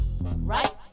Right